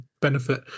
benefit